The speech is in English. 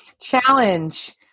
Challenge